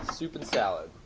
soup and salad,